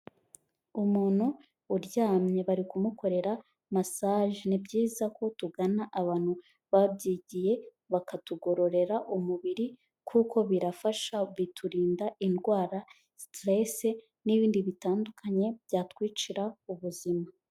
Umuntu uryamye bari kumukorera massage. Ni byiza ko tugana abantu babyigiye, bakatugororera umubiri kuko birafasha biturinda indwara, stress n'ibindi bitandukanye byatwicira ubuzima.